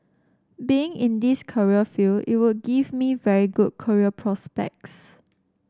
being in this career field it would give me very good career prospects